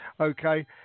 okay